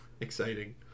exciting